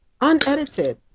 unedited